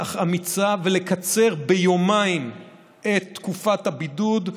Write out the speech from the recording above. אך אמיצה ולקצר ביומיים את תקופת הבידוד.